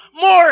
more